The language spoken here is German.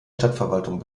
stadtverwaltung